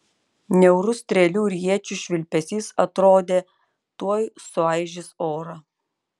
niaurus strėlių ir iečių švilpesys atrodo tuoj suaižys orą